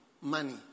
money